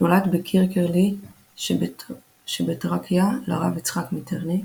נולד בקירקלרלי שבתראקיה לרב יצחק מיטרני.